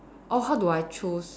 oh how do I choose